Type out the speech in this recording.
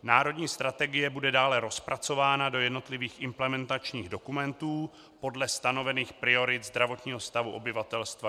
Národní strategie bude dále rozpracována do jednotlivých implementačních dokumentů podle stanovených priorit zdravotního stavu obyvatelstva ČR.